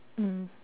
mm